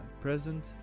present